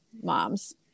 moms